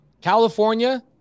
California